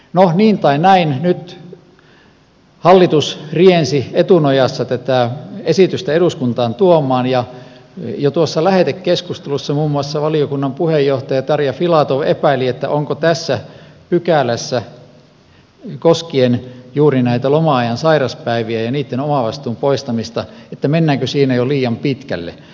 no niin tai näin nyt hallitus riensi etunojassa tätä esitystä eduskuntaan tuomaan ja jo tuossa lähetekeskustelussa muun muassa valiokunnan puheenjohtaja tarja filatov epäili mennäänkö tässä pykälässä koskien juuri näitä loma ajan sairauspäiviä ja niitten omavastuun poistamista jo liian pitkälle